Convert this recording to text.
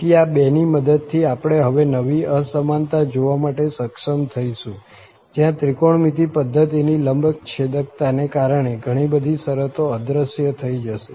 તેથી આ બેની મદદથી આપણે હવે નવી અસમાનતા જોવા માટે સક્ષમ થઈશું જ્યાં ત્રિકોણમિતિ પધ્ધતિની લંબચ્છેદકતાને કારણે ઘણી બધી શરતો અદ્રશ્ય થઈ જશે